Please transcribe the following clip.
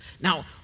Now